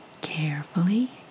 Carefully